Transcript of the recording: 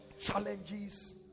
challenges